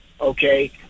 okay